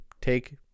take